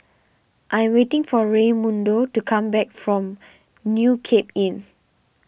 I am waiting for Raymundo to come back from New Cape Inn